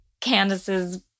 Candace's